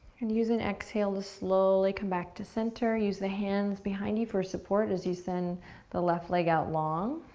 and use an exhale to slowly come back to center. use the hands behind you for support as you send the left leg out long.